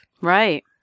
Right